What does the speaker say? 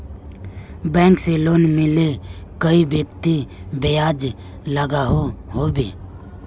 Bank से loan लिले कई व्यक्ति ब्याज लागोहो होबे?